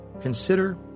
Consider